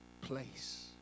place